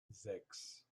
sechs